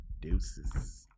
Deuces